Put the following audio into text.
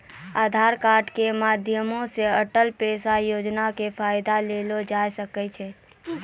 आधार कार्ड के माध्यमो से अटल पेंशन योजना के फायदा लेलो जाय सकै छै